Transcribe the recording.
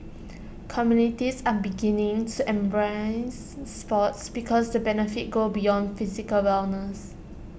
communities are beginning to embrace sports because the benefits go beyond physical wellness